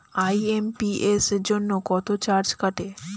IMPS জন্য কত charge কাটে?